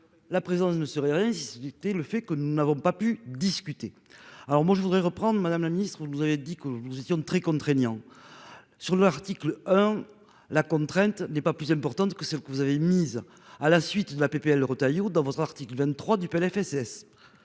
La présence ne serait rien. Le fait que nous n'avons pas pu discuter. Alors moi je voudrais reprendre Madame la Ministre, vous nous avez dit que nous étions très contraignant. Sur l'article 1, la contrainte n'est pas plus importante que celle que vous avez mise à la suite de la PPL Retailleau dans votre article 23 du PLFSS.